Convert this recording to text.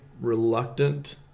reluctant